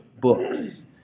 books